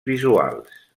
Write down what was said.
visuals